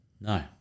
No